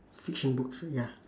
fiction books ya